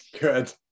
Good